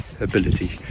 ability